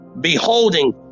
beholding